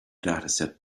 dataset